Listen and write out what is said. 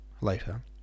later